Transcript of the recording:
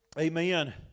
Amen